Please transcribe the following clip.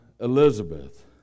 Elizabeth